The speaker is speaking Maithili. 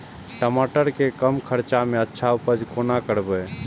टमाटर के कम खर्चा में अच्छा उपज कोना करबे?